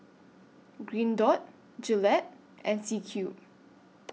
Green Dot Gillette and C Cube